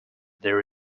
there